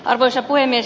arvoisa puhemies